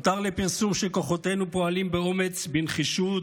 הותר לפרסום שכוחותינו פועלים באומץ, בנחישות,